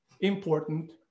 important